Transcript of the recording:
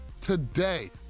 today